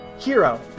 Hero